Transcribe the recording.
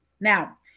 now